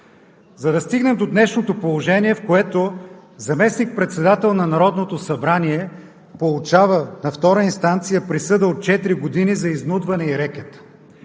за да стигнем до днешното положение, в което заместник-председател на Народното събрание получава на втора инстанция присъда от четири години за изнудване и рекет.